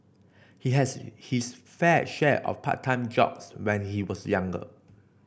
he had his fair share of part time jobs when he was younger